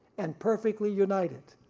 and perfectly united.